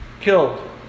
killed